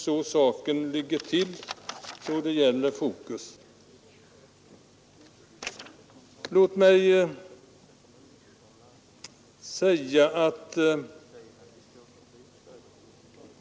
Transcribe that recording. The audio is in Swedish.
Så ligger nog saken till.